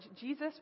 Jesus